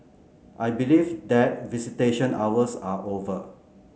I believe that visitation hours are over